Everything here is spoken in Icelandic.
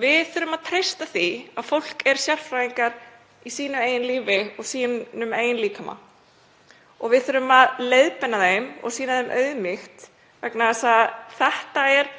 Við þurfum að treysta því að fólk sé sérfræðingar í sínu eigin lífi og sínum eigin líkama og við þurfum að leiðbeina því og sýna því auðmýkt vegna þess að þetta er